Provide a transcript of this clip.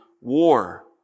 war